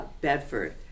Bedford